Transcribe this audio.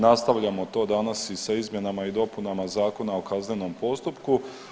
Nastavljamo to danas i sa izmjenama i dopunama Zakona o kaznenom postupku.